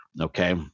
okay